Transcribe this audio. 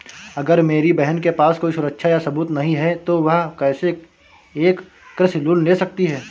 अगर मेरी बहन के पास कोई सुरक्षा या सबूत नहीं है, तो वह कैसे एक कृषि लोन ले सकती है?